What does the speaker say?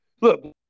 look